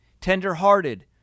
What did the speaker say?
tenderhearted